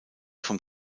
vom